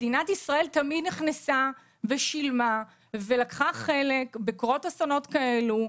מדינת ישראל תמיד נכנסה ושילמה ולקחה חלק בקרות אסונות כאלו,